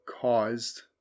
caused